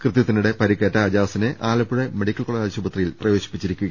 കൃത്യ ത്തിനിടെ പരിക്കേറ്റ അജാസിനെ ആലപ്പുഴ മെഡിക്കൽ കോളേജ് ആശുപത്രിയിൽ പ്രവേശിപ്പിച്ചു